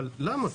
למה?